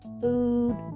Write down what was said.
food